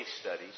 studies